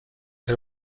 del